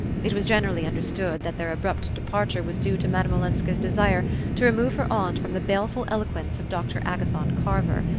it was generally understood that their abrupt departure was due to madame olenska's desire to remove her aunt from the baleful eloquence of dr. agathon carver,